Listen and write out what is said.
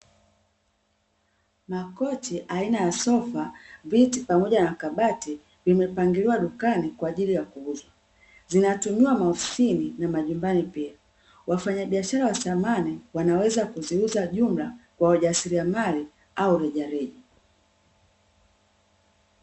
Makochi aina ya sofa, viti pamoja na kabati vimepangiliwa dukani kwa ajili ya kuuzwa, zinatumiwa maofisini na majumbani pia wafanyabiashara wa samani wanaweza kuziuza jumla kwa wajasiriamali au rejareja .